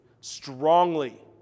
strongly